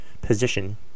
position